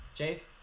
Chase